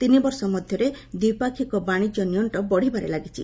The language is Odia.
ତିନି ବର୍ଷ ମଧ୍ୟରେ ଦ୍ୱିପାକ୍ଷିକ ବାଣିଜ୍ୟ ନିଅକ୍କ ବଢ଼ିବାରେ ଲାଗିଛି